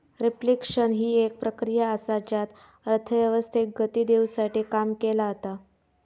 reflection हि एक प्रक्रिया असा ज्यात अर्थव्यवस्थेक गती देवसाठी काम केला जाता